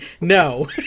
No